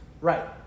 Right